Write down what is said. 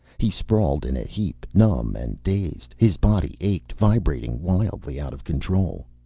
he sprawled in a heap, numb and dazed. his body ached, vibrating wildly, out of control.